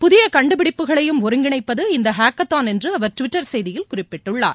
புதிய கண்டுபிடிப்பையும் ஒருங்கிணைப்பது இந்த ஹேக்கத்தான் என்று அவர் டுவிட்டர் செய்தியில் குறிப்பிட்டுள்ளார்